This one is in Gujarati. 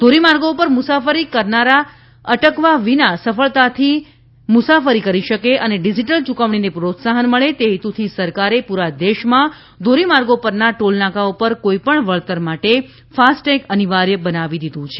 ધોરીમાર્ગો પર મુસાફરી કરનારા અટકવા વિના સફળતાથી મુલાફરી કરી શકે અને ડીજીટલ યૂકવણીને પ્રોત્સાહન મળે તે હેતુથી સરકારે પૂરા દેશમાં ધોરીમાર્ગો પરના ટોલનાકા પર કોઈપણ વળતર માટે ફાસ્ટેગ અનિવાર્ય બનાવી દીધું છે